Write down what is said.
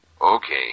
Okay